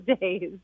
days